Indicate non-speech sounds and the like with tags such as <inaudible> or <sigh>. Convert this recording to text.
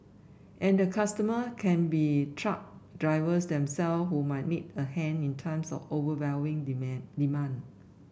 and the customer can be truck drivers themselves who might need a hand in times of overwhelming <unintelligible> demand